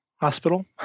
hospital